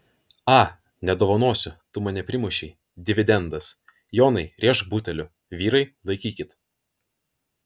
a nedovanosiu tu mane primušei dividendas jonai rėžk buteliu vyrai laikykit